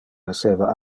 esseva